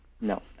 No